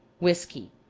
whiskey,